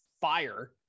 fire